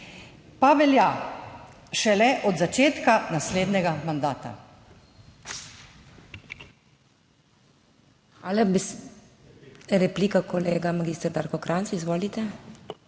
pa velja šele od začetka naslednjega mandata.